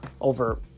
over